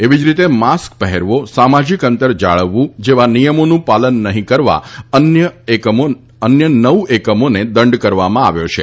એવી જ રીતે માસ્ક પહેરવો સામાજીક અંતર જાળવવું જેવા નિયમોનું પાલન નહીં કરવા અન્ય નવ એકમોને દંડ કરવામાં આવ્યો છે